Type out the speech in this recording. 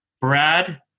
Brad